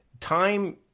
time –